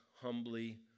humbly